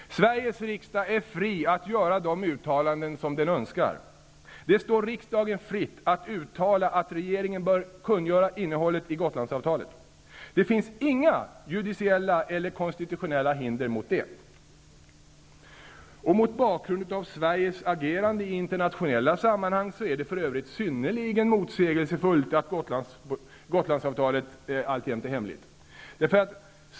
Sveriges riksdag är fri att göra de uttalanden som den önskar. Det står riksdagen fritt att uttala att regeringen bör kungöra innehållet i Gotlandsavtalet. Det finns inga judiciella eller konstitutionella hinder mot detta. Mot bakgrund av Sveriges agerande i internationella sammanhang är det för övrigt synnerligen motsägelsefullt att Gotlandsavtalet alltjämt är hemligt.